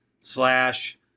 slash